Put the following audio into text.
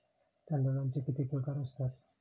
तांदळाचे किती प्रकार असतात?